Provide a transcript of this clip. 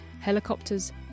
helicopters